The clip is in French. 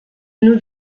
nous